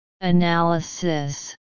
Analysis